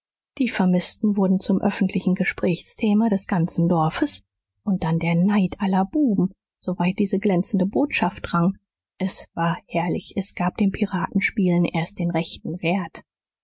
die vermißten wurden zum öffentlichen gesprächsthema des ganzen dorfes und dann der neid aller buben soweit diese glänzende botschaft drang es war herrlich es gab dem piratenspielen erst den rechten wert